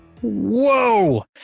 Whoa